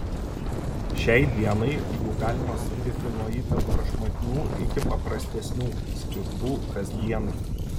šiai dienai jų galima sutikti nuo itin prašmatnių iki paprastesnių skirtų kasdienai